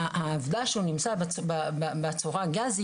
הגז כאשר הוא נמצא בצורה של גז,